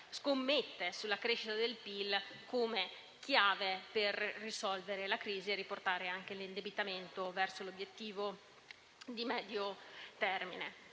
scommette sulla crescita del PIL come chiave per risolvere la crisi e riportare anche l'indebitamento verso l'obiettivo di medio termine.